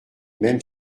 même